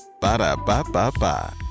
Ba-da-ba-ba-ba